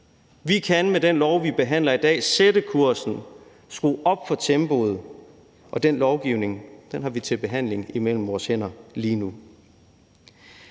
Vi kan med det lovforslag, vi behandler i dag, sætte kursen og skrue op for tempoet, og den lovgivning har vi til behandling lige nu. Målet er for mig, at